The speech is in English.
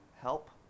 help